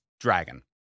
Dragon